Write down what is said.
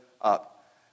up